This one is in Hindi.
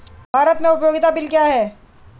भारत में उपयोगिता बिल क्या हैं?